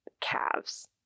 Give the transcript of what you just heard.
calves